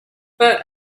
but